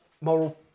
moral